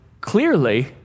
clearly